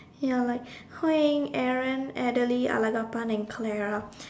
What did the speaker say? ya like Hui-Ying Aaron Adelie Alagapan and Clara